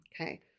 Okay